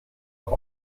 noch